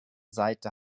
seite